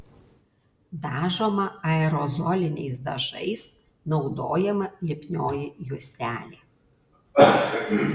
dažoma aerozoliniais dažais naudojama lipnioji juostelė